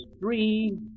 three